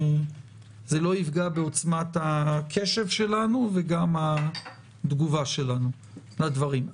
זה לא יפגע בעוצמת הקשב שלנו וגם התגובה שלנו לדברים.